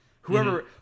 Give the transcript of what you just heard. Whoever